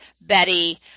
Betty